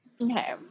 Okay